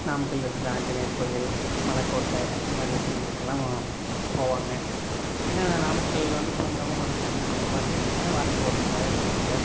நாமக்கல்லில் இருக்கிற ஆஞ்சநேயர் கோயில் மலை கோட்டை இது மாதிரி விஷயங்களுக்குலாம் போவாங்க ஏன்னால் நாமக்கல்லில் வந்து பூங்காவும் மலை கோட்டையும் பக்கமாக இருக்கிறனால வாரத்துக்கு ஒரு முறை ரெண்டு முறை